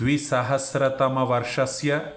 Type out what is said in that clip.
द्विसहस्रतमवर्षस्य